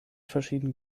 verschieden